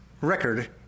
record